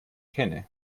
kenne